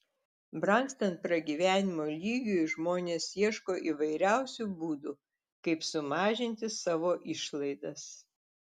brangstant pragyvenimo lygiui žmonės ieško įvairiausių būdų kaip sumažinti savo išlaidas